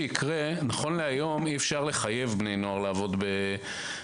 נכון להיום, אי אפשר לחייב בני נוער לעבוד בשבת.